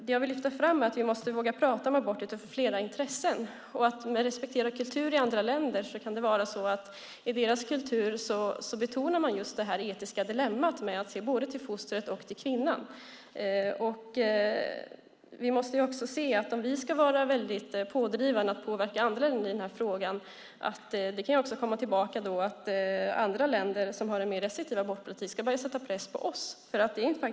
Det jag vill lyfta fram är att vi måste våga prata om abort utifrån flera intressen. När det gäller att respektera kultur i andra länder kan det vara så att man i deras kultur betonar just detta etiska dilemma med att se både till fostret och till kvinnan. Vi måste se att om vi ska vara pådrivande och påverka andra i frågan kan det också komma tillbaka på så vis att andra länder som har en mer restriktiv abortpolitik ska börja sätta press på oss.